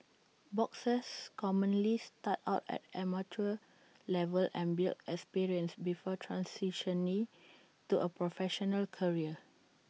boxers commonly start out at amateur level and build experience before transitioning to A professional career